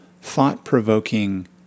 thought-provoking